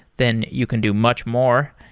then you can do much more.